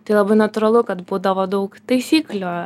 tai labai natūralu kad būdavo daug taisyklių